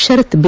Sharath B